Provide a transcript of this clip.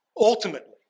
Ultimately